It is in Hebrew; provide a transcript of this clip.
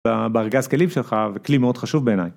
בארגז כלים שלך וכלים מאוד חשוב בעיניי.